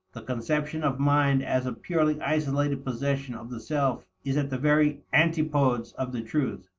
the conception of mind as a purely isolated possession of the self is at the very antipodes of the truth.